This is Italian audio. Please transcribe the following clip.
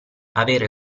avere